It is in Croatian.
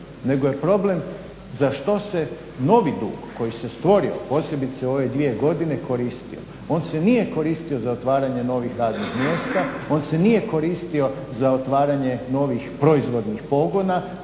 nego je problem za što se novi dug koji se stvorio, posebice u ove dvije godine, koristio. On se nije koristio za otvaranje novih radnih mjesta, on se nije koristio za otvaranje novih proizvodnih pogona,